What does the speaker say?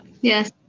Yes